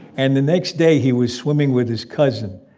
and the next day, he was swimming with his cousin,